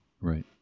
Right